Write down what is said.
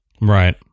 Right